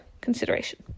consideration